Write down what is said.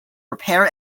repair